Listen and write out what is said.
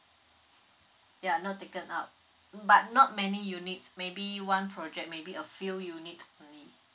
ya not taken up but not many units maybe one project maybe a few unit only